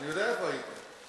נער הייתי גם זקנתי.